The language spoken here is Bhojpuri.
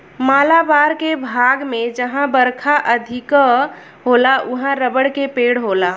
मालाबार के भाग में जहां बरखा अधिका होला उहाँ रबड़ के पेड़ होला